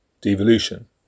devolution